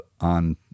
on